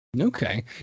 okay